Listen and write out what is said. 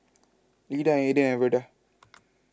Leda Aedan and Verda